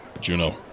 Juno